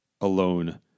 alone